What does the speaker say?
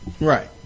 Right